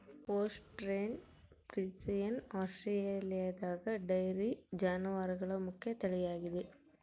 Holstein Friesian ಆಸ್ಟ್ರೇಲಿಯಾದಗ dairy ಜಾನುವಾರುಗಳ ಮುಖ್ಯ ತಳಿಯಾಗಿದೆ